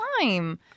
time